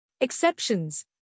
Exceptions